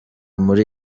muri